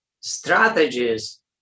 strategies